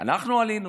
אנחנו עלינו,